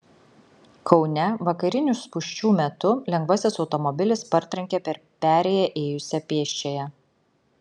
kaune vakarinių spūsčių metu lengvasis automobilis partrenkė per perėją ėjusią pėsčiąją